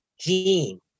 Gene